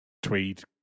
Tweed